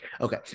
Okay